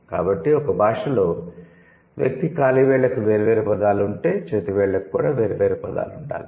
కాబట్టి ఒక భాషలో వ్యక్తి కాలి వేళ్ళకు వేర్వేరు పదాలు ఉంటే చేతి వేళ్ళకు కూడా వేర్వేరు పదాలు ఉండాలి